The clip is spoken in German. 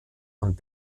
und